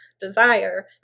desire